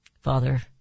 Father